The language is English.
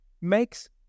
makes